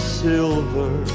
silver